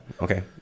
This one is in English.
Okay